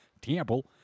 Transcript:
Temple